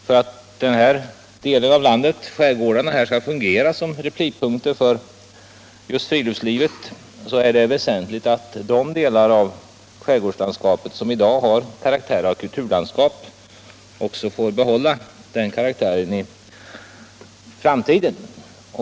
För att skärgårdarna skall fungera som replipunkter för friluftslivet är det väsentligt att de delar av skärgårdslandskapet som i dag har karaktär av kulturlandskap också får behålla den karaktären i framtiden.